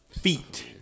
feet